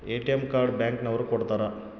ATM card bank ನವರು ಕೊಡ್ತಾರ